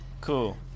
Cool